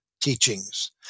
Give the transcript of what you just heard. teachings